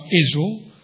Israel